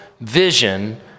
vision